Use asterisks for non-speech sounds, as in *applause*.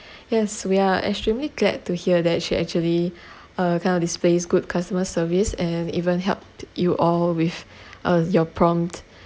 yes we are extremely glad to hear that she actually *breath* uh kind of display good customer service and even helped you all with *breath* uh your prompt